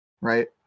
right